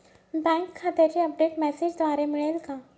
Bank खात्याचे update मेसेजद्वारे मिळेल का?